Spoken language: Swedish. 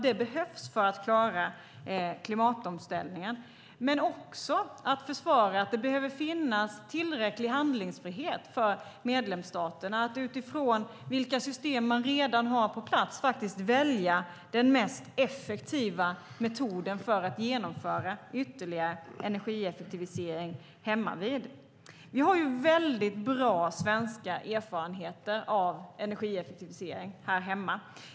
Det behövs för att klara klimatomställningen men också för att försvara att det behöver finns tillräcklig handlingsfrihet för medlemsstaterna att utifrån vilka system man redan har på plats faktiskt välja den mest effektiva metoden för att genomföra ytterligare energieffektivisering hemmavid. Vi har väldigt bra erfarenheter av energieffektivisering här hemma.